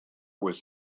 was